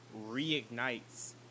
reignites